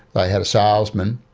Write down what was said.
they had a salesman,